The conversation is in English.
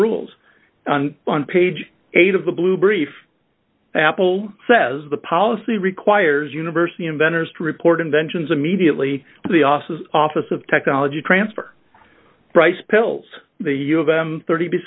rules on page eight of the blue brief apple says the policy requires university inventors to report inventions immediately to the office office of technology transfer price pills the use of m thirty